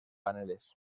paneles